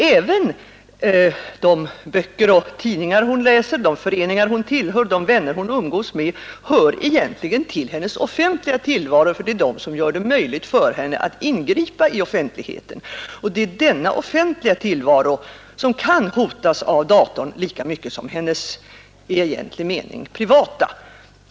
Även de böcker och tidningar hon läser, de föreningar hon tillhör, de vänner hon umgås med hör egentligen till hennes offentliga tillvaro, för det är de som gör det möjligt för henne att ingripa i offentligheten. Det är denna offentliga tillvaro lika mycket som hennes i egentlig mening privata som kan hotas av datorn.